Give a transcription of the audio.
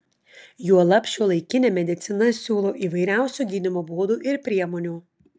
juolab šiuolaikinė medicina siūlo įvairiausių gydymo būdų ir priemonių